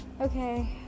Okay